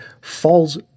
falls